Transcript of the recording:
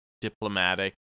diplomatic